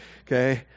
okay